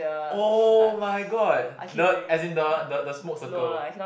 oh-my-god the as in the the smoke circle